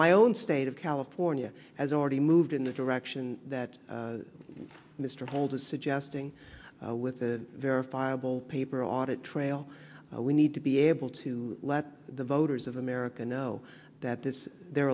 my own state of california has already moved in the direction that mr holder is suggesting with a verifiable paper audit trail we need to be able to let the voters of america know that this the